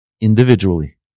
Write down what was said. individually